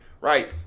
right